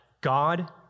God